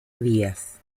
vías